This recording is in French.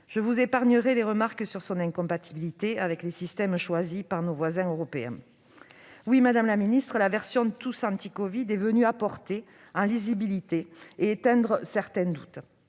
Je vous épargnerai les remarques sur son incompatibilité avec les systèmes choisis par nos voisins européens. Oui, madame la ministre, la version TousAntiCovid a apporté de la lisibilité et éteint certains doutes.